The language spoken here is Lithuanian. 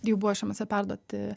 jau buvo šmc perduoti